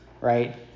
right